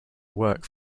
work